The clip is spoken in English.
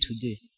today